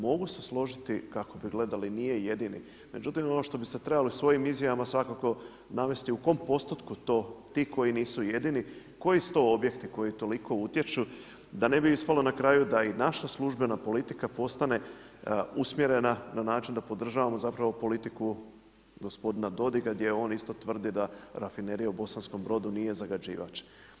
Mogu se složiti kako bi gledali nije jedini, međutim ono što bi trebali sa svojim izjavama svakako navesti u kom postotku to ti koji nisu jedini koji su to objekti koji toliko utječu, da ne bi ispalo na kraju da i naša službena politika postane usmjerena na način da podržavamo politiku gospodina Dodiga gdje on isto tvrdi da Rafinerija u Bosanskom Brodu nije zagađivač.